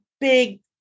big